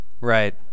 Right